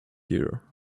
year